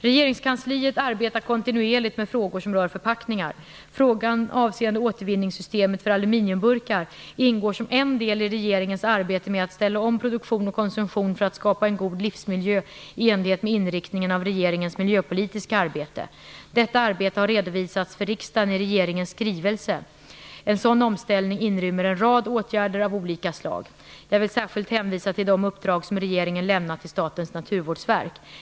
Regeringskansliet arbetar kontinuerligt med frågor som rör förpackningar. Frågan avseende återvinningssystemet för aluminiumburkar ingår som en del i regeringens arbete med att ställa om produktion och konsumtion för att skapa en god livsmiljö i enlighet med inriktningen av regeringens miljöpolitiska arbete. Detta arbete har redovisats för riksdagen i regeringens skrivelse 1994/95:120. En sådan omställning inrymmer en rad åtgärder av olika slag. Jag vill särskilt hänvisa till de uppdrag som regeringen lämnat till Statens naturvårdsverk.